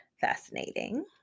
fascinating